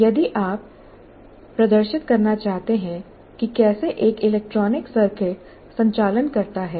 यदि आप प्रदर्शित करना चाहते हैं कि कैसे एक इलेक्ट्रॉनिक सर्किट संचालन करता है